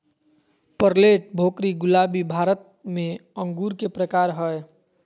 Perlette, भोकरी, गुलाबी भारत में अंगूर के प्रकार हय